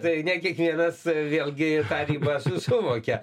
tai ne kiekvienas vėlgi tą ribą suvokia